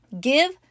Give